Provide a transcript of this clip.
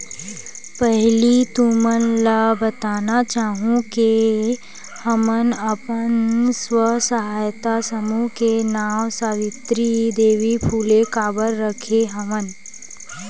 पहिली तुमन ल बताना चाहूँ के हमन अपन स्व सहायता समूह के नांव सावित्री देवी फूले काबर रखे हवन